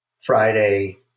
Friday